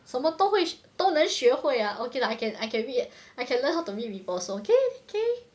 什么都会都能学会啊 okay lah I can I can read I can learn how to read also okay okay